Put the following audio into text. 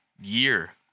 year